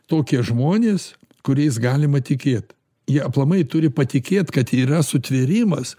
tokie žmonės kuriais galima tikėt jie aplamai turi patikėt kad yra sutvėrimas